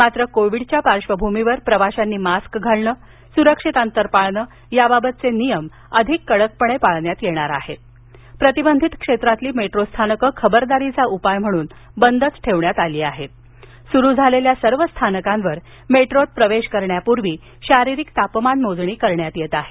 मात्र कोविडच्या पार्श्वभूमीवर प्रवाशांनी मास्क घालणं सुरक्षित अंतर पाळणं याबाबतचे नियम अधिक कडकपणे पाळण्यात येणार आहेत प्रतिबंधित क्षेत्रातील मेट्रो स्थानकं खबरदारीचा उपाय म्हणून बंदच ठेवण्यात आली असून सुरु झालेल्या सर्व स्थानकांवर मेट्रोत प्रवेश करण्यापूर्वी शारीरिक तापमान मोजणी करण्यात येत आहे